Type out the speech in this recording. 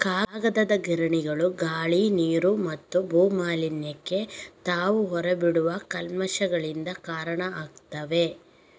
ಕಾಗದದ ಗಿರಣಿಗಳು ಗಾಳಿ, ನೀರು ಮತ್ತು ಭೂ ಮಾಲಿನ್ಯಕ್ಕೆ ತಾವು ಹೊರ ಬಿಡುವ ಕಲ್ಮಶಗಳಿಂದ ಕಾರಣ ಆಗ್ತವೆ